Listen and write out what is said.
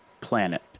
planet